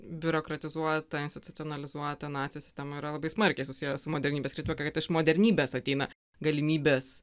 biurokratizuota institucionalizuota nacių sistema yra labai smarkiai susiję su modernybės kritika kad iš modernybės ateina galimybės